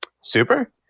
Super